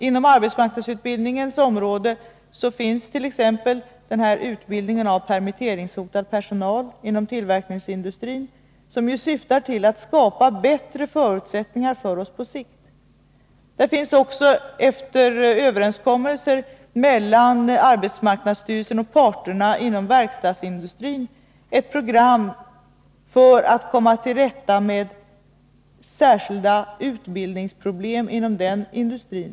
Inom arbetsmarknadsutbildningens område finns t.ex. utbildningen av permitteringshotad personal inom tillverkningsindustrin, vilken utbildning ju syftar till att skapa bättre förutsättningar på sikt. Det finns också, efter överenskommelser mellan arbetsmarknadsstyrelsen och parterna inom verkstadsindustrin, ett program för att komma till rätta med särskilda utbildningsproblem inom den industrin.